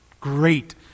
great